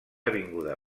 avinguda